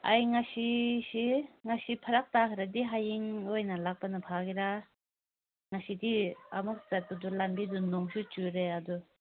ꯑꯩ ꯉꯁꯤꯁꯤ ꯉꯁꯤ ꯐꯔꯛ ꯇꯥꯈ꯭ꯔꯗꯤ ꯍꯌꯦꯡ ꯑꯣꯏꯅ ꯂꯥꯛꯄꯅ ꯐꯒꯦꯔꯥ ꯉꯁꯤꯗꯤ ꯑꯃꯨꯛ ꯆꯠꯄꯗꯣ ꯂꯝꯕꯤꯗꯣ ꯅꯣꯡꯁꯨ ꯆꯨꯔꯦ ꯑꯗꯨ